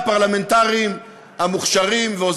אני הורס